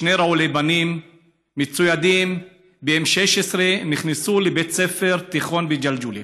שני רעולי פנים מצוידים ב-16M נכנסו לבית ספר תיכון בג'לג'וליה,